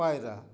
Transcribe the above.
ᱯᱟᱭᱨᱟ